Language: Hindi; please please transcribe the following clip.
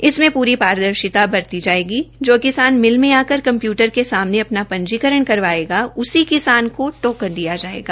इसमें पूरी पारदर्शिता बतरी जायेगी जो किसान मिल में आकर कम्प्यूटर के सामने अपना पंजीकरण करवायेंगो उसी किसान के टोकन दिया जायेगा